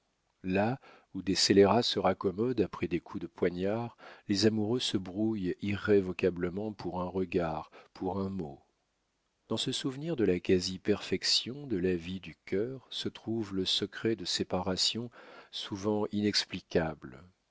là où des scélérats se raccommodent après des coups de poignard les amoureux se brouillent irrévocablement pour un regard pour un mot dans ce souvenir de la quasi perfection de la vie du cœur se trouve le secret de séparations souvent inexplicables